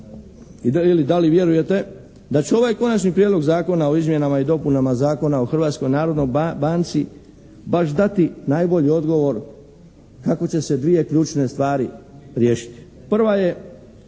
i da li vjerujete da će ovaj Konačni prijedlog Zakona o izmjenama i dopunama Zakona o Hrvatskoj narodnoj banci baš dati najbolji odgovor kako će se dvije ključne stvari riješiti? Prva je